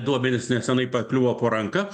duomenys nesenai pakliuvo po ranka